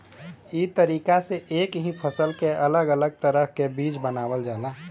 ई तरीका से एक ही फसल के अलग अलग तरह के बीज बनावल जाला